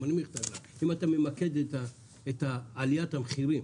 אם אתה ממקד את עליית המחירים